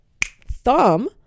thumb